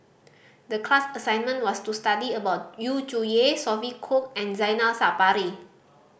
the class assignment was to study about Yu Zhuye Sophia Cooke and Zainal Sapari